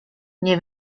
nie